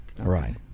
Right